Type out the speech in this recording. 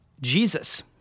Jesus